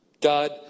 God